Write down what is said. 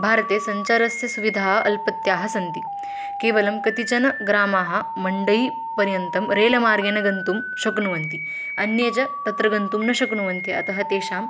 भारते सञ्चारस्य सुविधाः अल्पाः सन्ति केवलं कतिचनग्रामाः मण्डलपर्यन्तं रेल मार्गेन गन्तुं शक्नुवन्ति अन्ये च तत्र गन्तुं न शक्नुवन्ति अतः तेषां